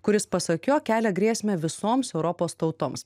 kuris pasak jo kelia grėsmę visoms europos tautoms